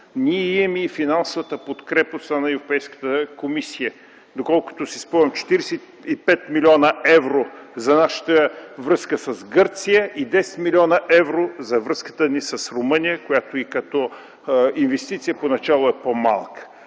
имаме финансовата подкрепа от страна на Европейската комисия. Доколкото си спомням, 45 млн. евро за нашата връзка с Гърция и 10 млн. евро за връзката ни с Румъния, която и като инвестиция поначало е по-малка.